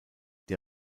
der